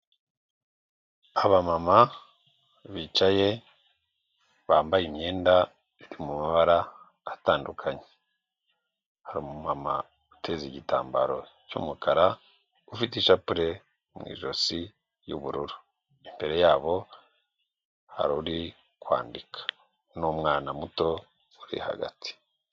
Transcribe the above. Abamama bicaye bambaye imyendama mu mabara atandukanye, hari umumama uteza igitambaro cy'umukara ufite ishapule mu ijosi y'ubururu, imbere yabo hari urikwandika n'umwana muto uri hagati.